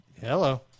Hello